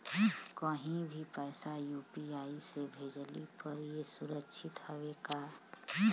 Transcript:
कहि भी पैसा यू.पी.आई से भेजली पर ए सुरक्षित हवे का?